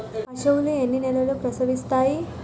పశువులు ఎన్ని నెలలకు ప్రసవిస్తాయి?